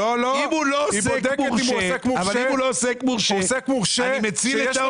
אם הוא לא עוסק מורשה, אני מציל את אותו עורך דין.